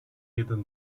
jeden